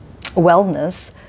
Wellness